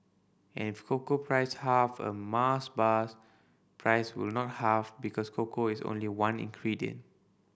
and if cocoa price halved a Mars bar's price will not halve because cocoa is only one ingredient